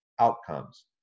outcomes